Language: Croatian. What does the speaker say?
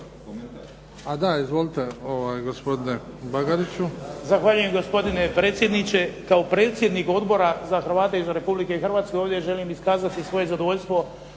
izvolite gospodine Bagariću.